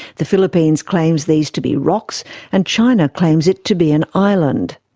the philippines claims these to be rocks and china claims it to be an island.